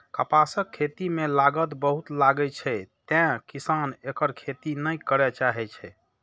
कपासक खेती मे लागत बहुत लागै छै, तें किसान एकर खेती नै करय चाहै छै